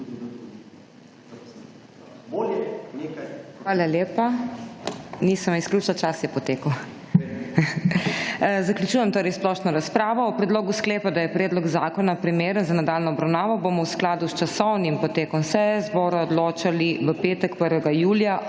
Hvala lepa. Nisem izključila, čas je potekel. Zaključujem torej splošno razpravo o predlogu sklepa, da je predlog zakona primeren za nadaljnjo obravnavo, bomo v skladu s časovnim potekom seje zbora odločali v petek, 1. julija,